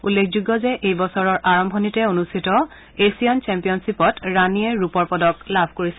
উল্লেখযোগ্য যে এই বছৰৰ আৰম্ভণিতে অনুষ্ঠিত এছিয়ান চেম্পিয়নশ্বীপত ৰাণীয়ে ৰূপক পদক লাভ কৰিছিল